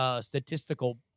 statistical